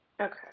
Okay